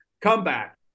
comeback